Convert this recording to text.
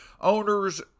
owners